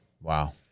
Wow